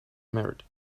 merit